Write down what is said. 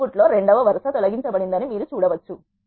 output లో 2 వ వరుస తొలగించబడిందని మీరు చూడవచ్చు